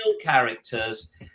characters